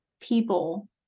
people